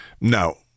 No